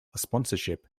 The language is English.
sponsorship